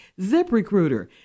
ZipRecruiter